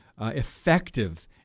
effective